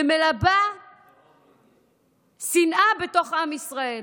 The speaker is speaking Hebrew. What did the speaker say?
שמלבה שנאה בתוך עם ישראל.